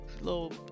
little